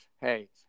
hey